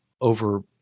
over